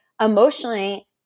emotionally